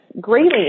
greatly